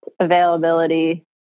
availability